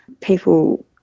people